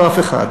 לא אף אחד.